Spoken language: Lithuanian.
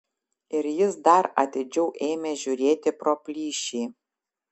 ir jis dar atidžiau ėmė žiūrėti pro plyšį